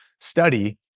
study